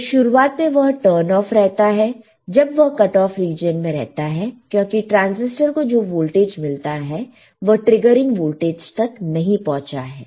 तो शुरुआत में वह टर्न ऑफ रहता है जब वह कट ऑफ रीजन में रहता है क्योंकि ट्रांसिस्टर को जो वोल्टेज मिलता है वह ट्रिगरिंग वोल्टेज तक नहीं पहुंचा है